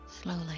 slowly